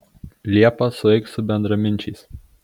liepą sueik su bendraminčiais